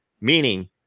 meaning